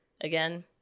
again